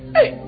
Hey